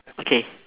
okay